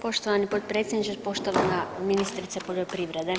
Poštovani potpredsjedniče, poštovana ministrice poljoprivrede,